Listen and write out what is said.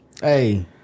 Hey